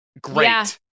Great